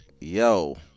yo